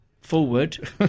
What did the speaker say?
forward